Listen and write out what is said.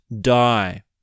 die